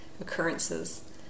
occurrences